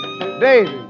Daisy